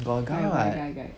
got a guy [what]